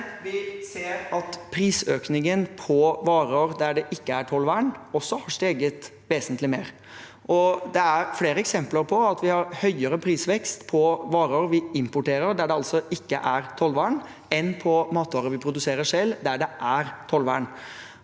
Vi ser at prisøkningen på varer der det ikke er tollvern, også har steget vesentlig mer. Det er flere eksempler på at vi har høyere prisvekst på varer vi importerer, der det altså ikke er tollvern, enn på matvarer vi produserer selv, der det er tollvern.